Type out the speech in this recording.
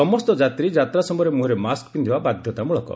ସମସ୍ତ ଯାତ୍ରୀ ଯାତ୍ରା ସମୟରେ ମୁହଁରେ ମାସ୍କ ପିନ୍ଧିବା ବାଧ୍ୟତାମଳକ